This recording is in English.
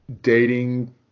dating